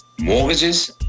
mortgages